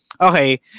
okay